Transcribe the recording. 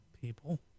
people